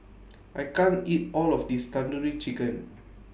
I can't eat All of This Tandoori Chicken